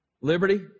Liberty